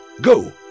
Go